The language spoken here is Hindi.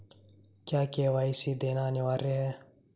क्या के.वाई.सी देना अनिवार्य है?